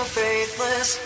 faithless